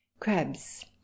Crabs